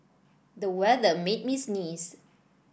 the weather made me sneeze